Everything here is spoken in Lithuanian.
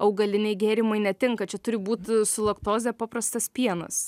augaliniai gėrimai netinka čia turi būt su laktoze paprastas pienas